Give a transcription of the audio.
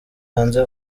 hanze